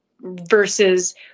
Versus